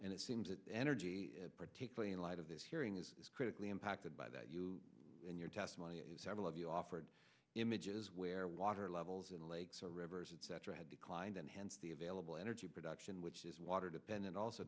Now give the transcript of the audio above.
and it seems that energy particularly in light of this hearing is critically impacted by that you and your testimony several of you offered images where water levels in the lakes or rivers etc had declined and hence the available energy production which is water dependent also